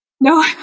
No